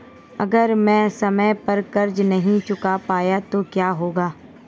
अगर मैं समय पर कर्ज़ नहीं चुका पाया तो क्या होगा?